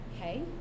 Okay